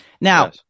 Now